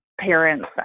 parents